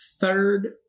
third